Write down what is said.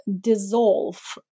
dissolve